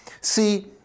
See